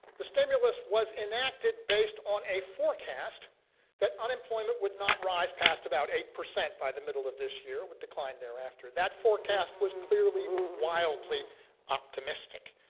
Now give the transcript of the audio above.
the stimulus was enacted based on a forecast that unemployment would not rise past about eight percent by the middle of this year, would decline thereafter, that forecast was clearly wildly optimistic.